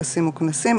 טקסים וכנסים,